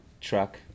truck